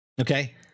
Okay